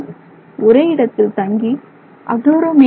ஒரே இடத்தில் தங்கி அஃகுளோரோமைட் ஆகிறது